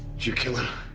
you kill him?